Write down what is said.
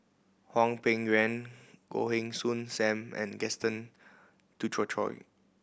Hwang Peng Yuan Goh Heng Soon Sam and Gaston Dutronquoy